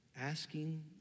asking